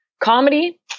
Comedy